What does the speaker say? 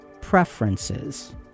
preferences